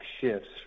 shifts